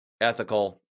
ethical